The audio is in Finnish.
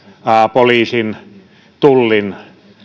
poliisin tullin